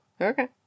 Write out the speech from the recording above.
okay